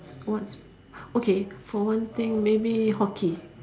what's okay for one thing maybe hockey